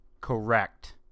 correct